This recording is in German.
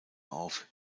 auf